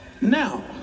Now